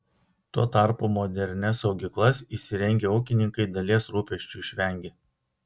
tuo tarpu modernias saugyklas įsirengę ūkininkai dalies rūpesčių išvengia